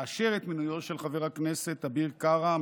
לאשר את מינויו של חבר הכנסת אביר קארה,